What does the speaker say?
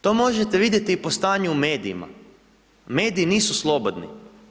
To možete vidjeti i po stanju u medijima, mediji nisu slobodni.